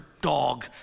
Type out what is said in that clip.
dog